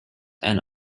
and